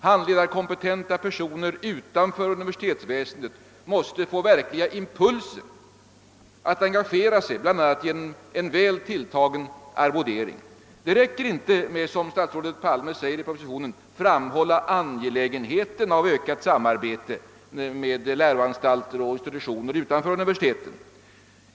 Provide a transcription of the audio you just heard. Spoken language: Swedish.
Handledarkompetenta personer utanför universitetsväsendet måste få verkliga impulser att engagera sig, bl.a. genom en väl tilltagen arvodering. Det räcker inte med att, som statsrådet Palme säger i propositionen, framhålla angelägenheten av ökat samarbete med läroanstalter och institutioner utanför universiteten.